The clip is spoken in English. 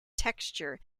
texture